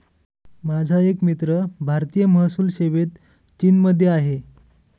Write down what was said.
माझा एक मित्र भारतीय महसूल सेवेत चीनमध्ये आहे